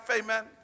amen